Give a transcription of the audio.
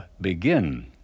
begin